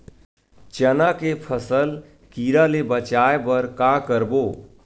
चना के फसल कीरा ले बचाय बर का करबो?